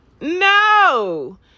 No